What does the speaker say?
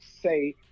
say